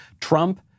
Trump